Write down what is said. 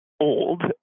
old